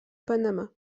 panama